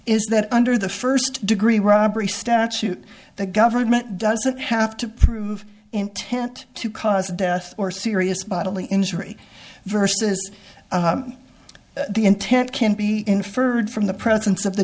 is that under the first degree robbery statute the government doesn't have to prove intent to cause death or serious bodily injury versus the intent can be inferred from the presence of the